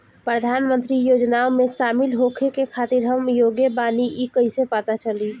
प्रधान मंत्री योजनओं में शामिल होखे के खातिर हम योग्य बानी ई कईसे पता चली?